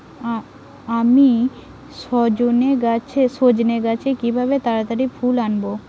আমি সজনে গাছে কিভাবে তাড়াতাড়ি ফুল আনব?